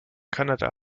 kanada